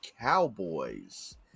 Cowboys